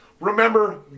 Remember